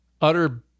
utter